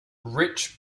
rich